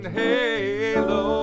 halo